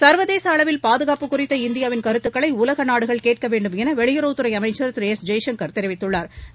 ச்வதேச அளவில் பாதுகாப்பு குறித்த இந்தியாவின் கருத்துக்களை உலக நாடுகள் வேண்டுமென வெளியுறவுத்துறை அமைச்சா் திரு எஸ் ஜெய்சங்கா் தெரிவித்துள்ளாா்